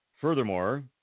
furthermore